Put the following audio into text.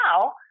now